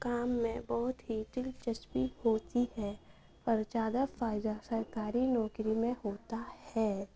کام میں بہت ہی دلچسپی ہوتی ہے اور زیادہ فائدہ سرکاری نوکری میں ہوتا ہے